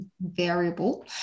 variable